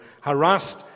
harassed